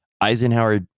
Eisenhower